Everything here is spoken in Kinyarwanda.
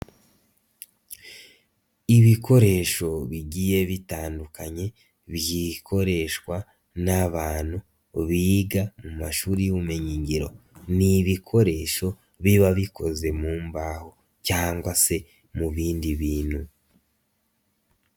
Ibikoresho bigiye bitandukanye byikoreshwa n'abantu biga mu mashuri y'ubumenyingiro, ni ibikoresho biba bikoze mu mbaho cyangwa se mu bindi bintu.